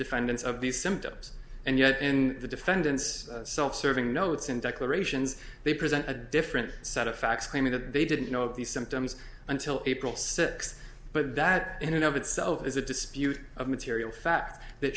defendants of these symptoms and yet in the defendant's self serving notes in declarations they present a different set of facts claiming that they didn't know of these symptoms until april six but that in and of itself is a dispute of material fact that